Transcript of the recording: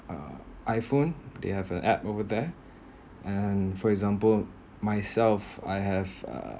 uh iphone they have a app over there and for example myself I have uh